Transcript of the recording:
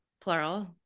plural